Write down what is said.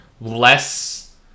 less